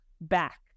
back